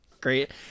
Great